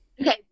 Okay